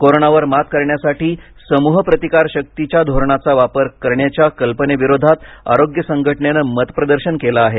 कोरोनावर मात करण्यासाठी समूह प्रतिकारशक्तीच्या धोरणाचा वापर करण्याच्या कल्पनेविरोधात आरोग्य संघटनेनं मतप्रदर्शन केलं आहे